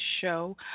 show